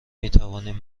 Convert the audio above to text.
میتوانیم